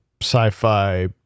sci-fi